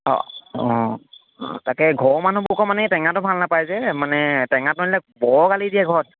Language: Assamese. অ অ তাকে ঘৰৰ মানুহবোৰে আকৌ মানে টেঙাটো ভাল নাপায় যে মানে টেঙাটো আনিলে বৰ গালি দিয়ে ঘৰত